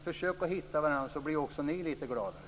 Försök att hitta varandra så blir också ni lite gladare!